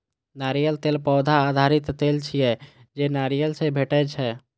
नारियल तेल पौधा आधारित तेल छियै, जे नारियल सं भेटै छै